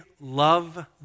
love